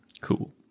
Cool